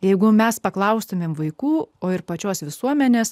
jeigu mes paklaustumėme vaikų o ir pačios visuomenės